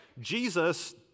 Jesus